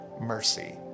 mercy